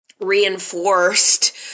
reinforced